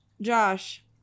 Josh